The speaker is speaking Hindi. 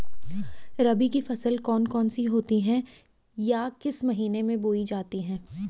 रबी की फसल कौन कौन सी होती हैं या किस महीने में बोई जाती हैं?